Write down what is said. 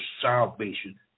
salvation